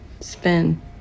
spin